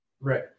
Right